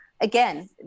again